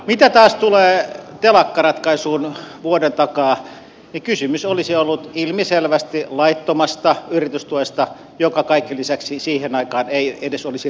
mitä taas tulee telakkaratkaisuun vuoden takaa niin kysymys olisi ollut ilmiselvästi laittomasta yritystuesta joka kaiken lisäksi siihen aikaan ei edes olisi riittänyt